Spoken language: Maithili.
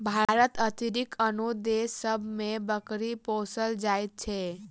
भारतक अतिरिक्त आनो देश सभ मे बकरी पोसल जाइत छै